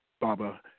Baba